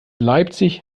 leipzig